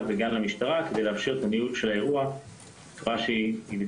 לשירותי דת ולמשטרה כדי לאפשר את הניהול של האירוע בצורה בטיחותית.